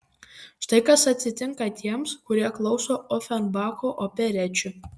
štai kas atsitinka tiems kurie klauso ofenbacho operečių